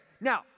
Now